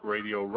Radio